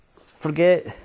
Forget